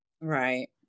Right